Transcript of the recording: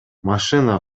машина